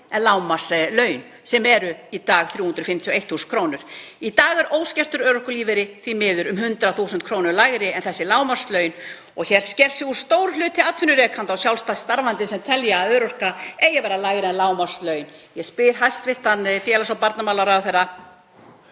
en lágmarkslaun, sem eru í dag 351.000 kr. Í dag er óskertur örorkulífeyrir því miður um 100.000 kr. lægri en lágmarkslaun. Hér sker sig úr stór hluti atvinnurekenda og sjálfstætt starfandi sem telja að örorkulífeyrir eigi að vera lægri en lágmarkslaun. Ég spyr hæstv. félags- og barnamálaráðherra